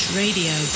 radio